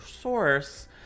source